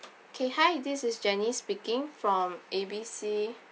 K hi this is jenny speaking from A B C